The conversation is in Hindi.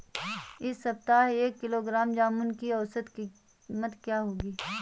इस सप्ताह एक किलोग्राम जामुन की औसत कीमत क्या है?